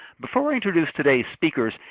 before we introduce today's speakers,